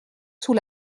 sous